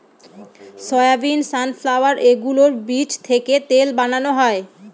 soybean, sunflower এগুলোর বীজ থেকে তেল বানানো হয়